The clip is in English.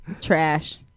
trash